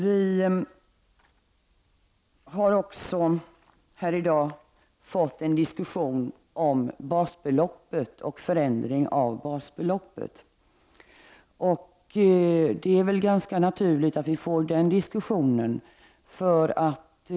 Vi har också i dag fört en diskussion om förändring av basbeloppet. Det är ganska naturligt att vi har fått den diskussionen.